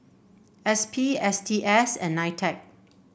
S P S T S and Nitec